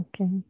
Okay